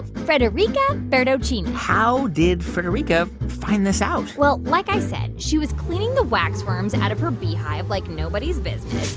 federica bertocchini how did federica find this out? well, like i said, she was cleaning the wax worms out of her beehive like nobody's business,